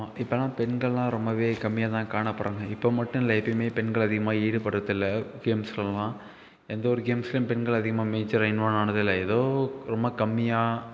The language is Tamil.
ஆமாம் இப்போலாம் பெண்கள்லாம் ரொம்பவே கம்மியாகதான் காணப்படுறாங்க இப்போ மட்டும் இல்லை எப்பயுமே பெண்கள் அதிகமாக ஈடுபடுறதில்லை கேம்ஸுலலாம் எந்த ஒரு கேம்ஸுலயும் பெண்கள் அதிகமாக மேஜராக இன்வால்வ் ஆனதேயில்லை ஏதோ ரொம்ப கம்மியாக